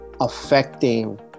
affecting